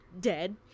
dead